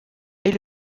est